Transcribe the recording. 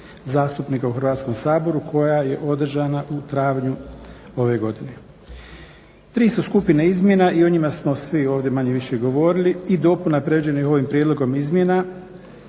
zastupnika u Hrvatskom saboru koja je održana u travnju ove godine. Tri su skupine izmjena i o njima smo svi ovdje manje-više govorili i dopuna prijeđenih ovim prijedlogom izmjena.